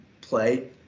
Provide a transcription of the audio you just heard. play